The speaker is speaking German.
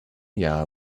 jahr